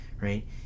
right